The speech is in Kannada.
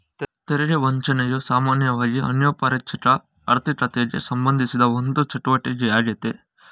ತೆರಿಗೆ ವಂಚನೆಯು ಸಾಮಾನ್ಯವಾಗಿಅನೌಪಚಾರಿಕ ಆರ್ಥಿಕತೆಗೆಸಂಬಂಧಿಸಿದ ಒಂದು ಚಟುವಟಿಕೆ ಯಾಗ್ಯತೆ